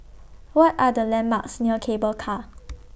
What Are The landmarks near Cable Car